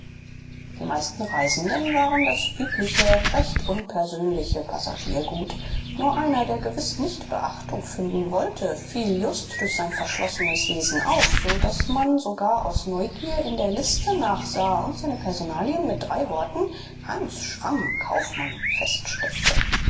die meisten reisenden waren das übliche recht unpersönliche passagiergut nur einer der gewiß nicht beachtung finden wollte fiel just durch sein verschlossenes wesen auf so daß man sogar aus neugier in der liste nachsah und seine personalien mit drei worten hans schramm kaufmann feststellte